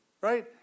right